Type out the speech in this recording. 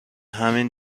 همین